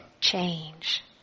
change